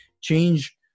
change